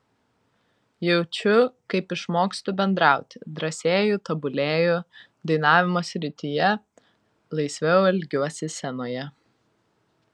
jaučiu kaip išmokstu bendrauti drąsėju tobulėju dainavimo srityje laisviau elgiuosi scenoje